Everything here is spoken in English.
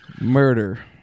Murder